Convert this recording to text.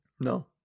No